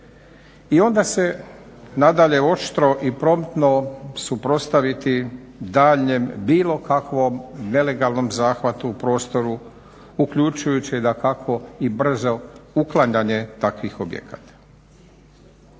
I onda se nadalje oštro i promptno suprotstaviti daljnjem bilo kakvom nelegalnom zahvatu u prostoru uključujući dakako i brzo uklanjanje takvih objekata.